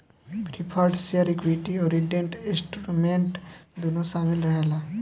preferred share equity अउरी debt instrument दूनो शामिल रहेला